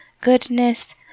goodness